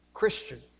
Christian